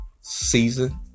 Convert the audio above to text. Season